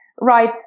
right